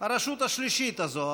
הרשות השלישית הזאת,